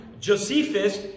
Josephus